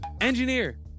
engineer